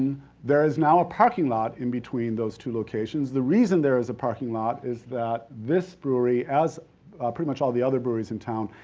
there is now a parking lot in between those two locations. the reason there is a parking lot is that this brewery, as pretty much all the other breweries in town,